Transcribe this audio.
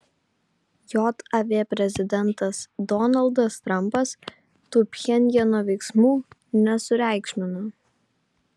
jav prezidentas donaldas trampas tų pchenjano veiksmų nesureikšmino